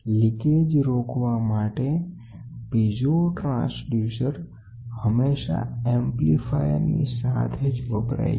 leakage રોકવા માટે piezo electric transducer હંમેશા ચાર્જડ એમ્પ્લીફાયર સાથે વપરાય છે